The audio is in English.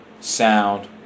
sound